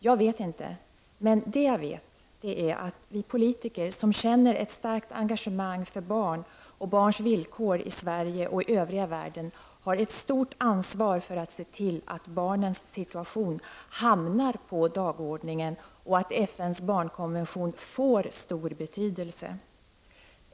Jag vet inte — men det jag vet är att vi politiker som känner ett starkt engagemang för barn och barns villkor i Sverige och övriga världen har ett stort ansvar för att se till att barnens situation hamnar på dagordningen och att FNs barnkonvention får stor betydelse.